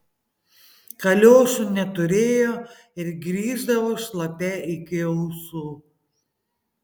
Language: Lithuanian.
kaliošų neturėjo ir grįždavo šlapia iki ausų